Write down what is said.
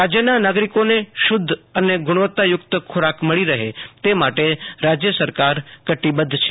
રાજ્યના નાગરીકોને શુદ્ધ અને ગુણવત્તાયુક્ત ખોરાક મળી રફે તે માટે રાજ્ય સરકાર કટિબદ્ધ છે